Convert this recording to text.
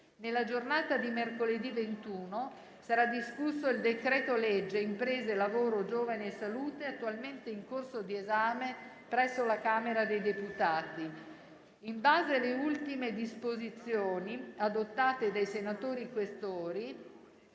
Nella giornata di mercoledì 21 sarà discusso il decreto-legge imprese, lavoro, giovani e salute, attualmente in corso di esame presso la Camera dei deputati. In base alle ultime disposizioni adottate dei senatori Questori,